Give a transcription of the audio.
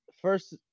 first